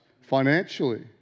financially